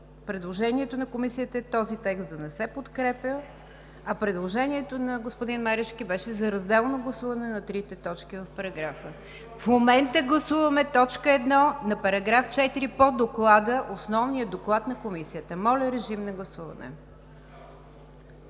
Предложението на Комисията е този текст да не се подкрепя, а предложението на господин Марешки беше за разделно гласуване на трите точки в параграфа. В момента гласуваме т. 1 на § 4 по Основния доклад на Комисията. Гласували